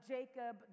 Jacob